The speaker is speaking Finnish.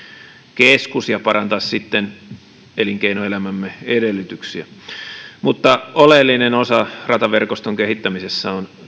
keskus ja parantaa sitten elinkeinoelämämme edellytyksiä mutta oleellinen osa rataverkoston kehittämisessä on